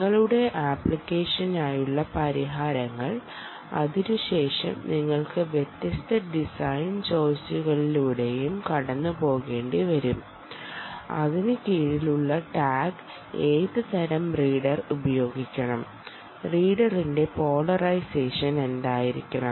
നിങ്ങളുടെ ആപ്ലിക്കേഷനായുള്ള പരിഹാരങ്ങൾ അതിനുശേഷം നിങ്ങൾക്ക് വ്യത്യസ്ത ഡിസൈൻ ചോയ്സുകളിലൂടെയും കടന്നുപോകേണ്ടിവരും അതിന് കീഴിലുള്ള ടാഗ് ഏത് തരം റീഡർ ഉപയോഗിക്കണം റീഡറിന്റെ പോളറയ്സേഷൻ എന്തായിരിക്കണം